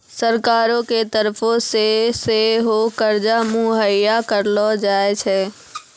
सरकारो के तरफो से सेहो कर्जा मुहैय्या करलो जाय छै